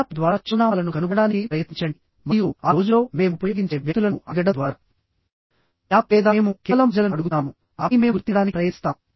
మ్యాప్ల ద్వారా చిరునామాలను కనుగొనడానికి ప్రయత్నించండి మరియు ఆ రోజుల్లో మేము ఉపయోగించే వ్యక్తులను అడగడం ద్వారా మ్యాప్లు లేదా మేము కేవలం ప్రజలను అడుగుతున్నాము ఆపై మేము గుర్తించడానికి ప్రయత్నిస్తాము